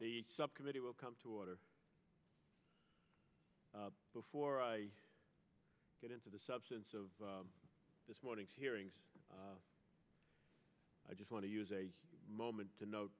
the subcommittee will come to order before i get into the substance of this morning's hearings i just want to use a moment to note